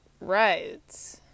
right